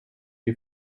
you